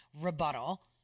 rebuttal